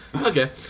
Okay